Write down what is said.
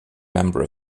member